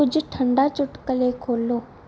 ਕੁਝ ਠੰਡਾ ਚੁਟਕਲੇ ਖੋਲ੍ਹੋ